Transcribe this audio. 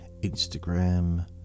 instagram